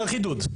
חידוד.